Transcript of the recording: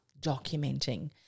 documenting